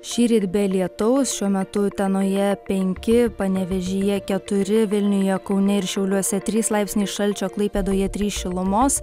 šįryt be lietaus šiuo metu utenoje penki panevėžyje keturi vilniuje kaune ir šiauliuose trys laipsniai šalčio klaipėdoje trys šilumos